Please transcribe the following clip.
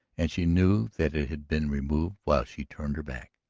and she knew that it had been removed while she turned her back,